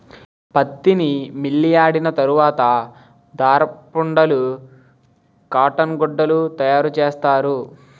పత్తిని మిల్లియాడిన తరవాత దారపుండలు కాటన్ గుడ్డలు తయారసేస్తారు